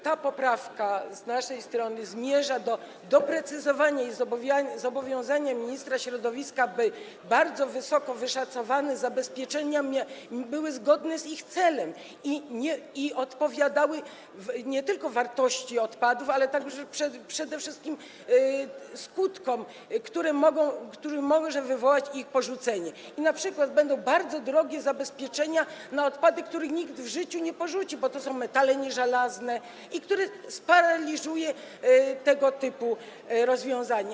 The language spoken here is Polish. Ta poprawka z naszej strony zmierza do doprecyzowania i zobowiązania ministra środowiska, by bardzo wysoko wyszacowane zabezpieczenia były zgodne z ich celem i odpowiadały nie tylko wartości odpadów, ale także przede wszystkim skutkom, jakie może wywołać ich porzucenie, np. będą bardzo drogie zabezpieczenia na odpady, których nikt w życiu nie porzuci, bo to są metale nieżelazne, i to sparaliżuje tego typu rozwiązanie.